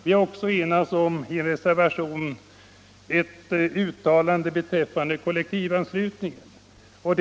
Vi har dessutom i reservation enats om ett uttalande beträffande kollektivanslutningen.